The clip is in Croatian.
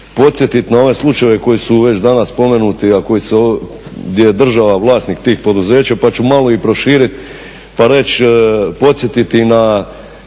podsjetiti na one slučajeve koji su već danas spomenuti a gdje je država vlasnik tih poduzeća pa ću malo i proširiti pa reći i podsjetiti na